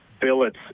billets